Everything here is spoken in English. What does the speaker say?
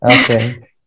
Okay